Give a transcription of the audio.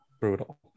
brutal